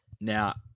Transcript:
Now